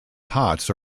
pots